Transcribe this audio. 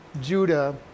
Judah